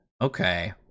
Okay